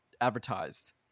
advertised